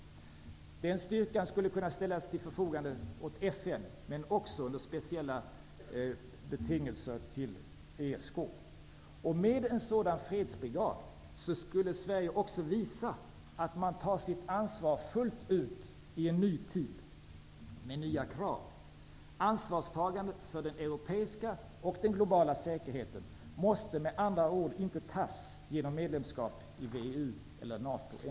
Den styrkan skulle kunna ställas till förfogande för FN och också, under speciella betingelser, för ESK. Med en sådan ''fredsbrigad'' skulle Sverige också visa att man fullt ut tar sitt ansvar i en ny tid med nya krav. Ansvarstagandet för den europeiska och globala säkerheten måste med andra ord inte tas enbart genom medlemskap i VEU eller i NATO.